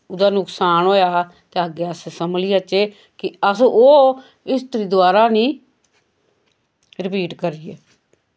ओह्दा नुकसान होया हा ते अग्गैं अस संभली जाचे कि अस ओह् हिस्ट्री दोआरा निं रपीट करिये